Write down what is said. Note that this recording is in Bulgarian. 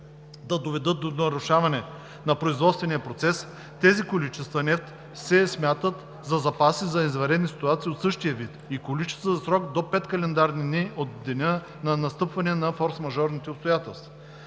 да доведат до нарушаване на производствения процес, тези количества нефт се смятат за запаси за извънредни ситуации от същия вид и количество за срок до 5 календарни дни от деня на настъпване на форсмажорните обстоятелства.